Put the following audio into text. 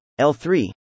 L3